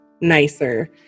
nicer